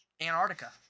Antarctica